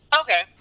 Okay